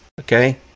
Okay